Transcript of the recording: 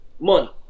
money